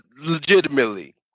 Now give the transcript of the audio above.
legitimately